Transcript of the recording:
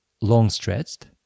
long-stretched